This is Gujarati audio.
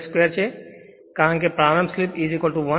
કારણ કે પ્રારંભ સ્લીપ 1